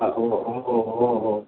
हो हो हो